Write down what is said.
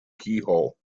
keyhole